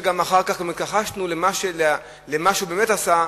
אלא שאחר כך התכחשנו למה שהוא באמת עשה,